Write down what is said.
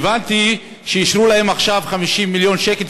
הבנתי שאישרו להם עכשיו 50 מיליון שקל,